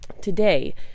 today